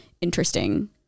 interesting